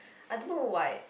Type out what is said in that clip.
I don't know why